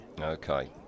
okay